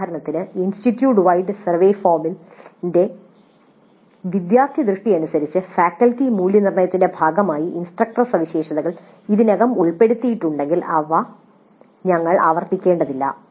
ഉദാഹരണത്തിന് institute wide survey ഫോമിന്റെ വിദ്യാർത്ഥിദൃഷ്ടി അനുസരിച്ച് ഫാക്കൽറ്റി മൂല്യനിർണ്ണയത്തിന്റെ ഭാഗമായി ഇൻസ്ട്രക്ടർ സവിശേഷതകൾ ഇതിനകം ഉൾപ്പെടുത്തിയിട്ടുണ്ടെങ്കിൽ ഞങ്ങൾ അവ ഇവിടെ ആവർത്തിക്കേണ്ടതില്ല